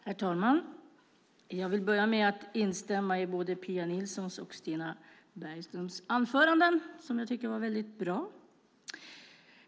Herr talman! Jag vill börja med att instämma i både Pia Nilssons och Stina Bergströms anföranden som jag tycker var bra.